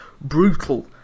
brutal